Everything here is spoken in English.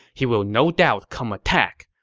he will no doubt come attack.